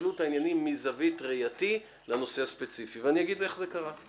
השתלשלות העניינים מזווית ראייתי לנושא הספציפי ואני אגיד את זה קרה.